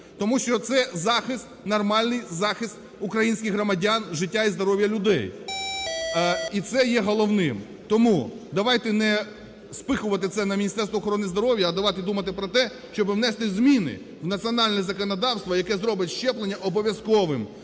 Тому що це захист, нормальний захист українських громадян, життя і здоров'я людей. І це є головним. Тому давайте неспихувати це на Міністерство охорони здоров'я, а давайте думати про те, щоб внести зміни в національне законодавство, яке зробить щеплення обов'язковим.